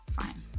Fine